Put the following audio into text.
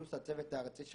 יש את הצוות הארצי,